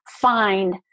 find